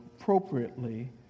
appropriately